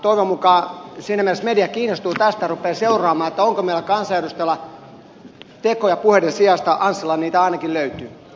toivon mukaan siinä mielessä media kiinnostuu tästä rupeaa seuraamaan onko meillä kansanedustajilla tekoja puheiden sijasta